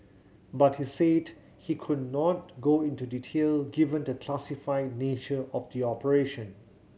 but he said he could not go into detail given the classified nature of the operation